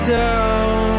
down